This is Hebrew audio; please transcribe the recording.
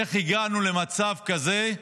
איך הגענו למצב כזה שחיילים,